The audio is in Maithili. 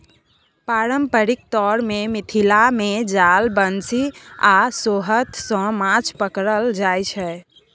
पारंपरिक तौर मे मिथिला मे जाल, बंशी आ सोहथ सँ माछ पकरल जाइ छै